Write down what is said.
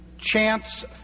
Chance